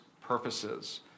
purposes